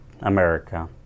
America